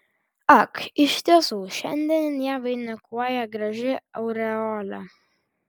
ak iš tiesų šiandien ją vainikuoja graži aureolė